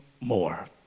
more